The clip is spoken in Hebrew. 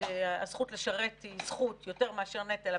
הזכות לשרת היא זוכות יותר מאשר נטל,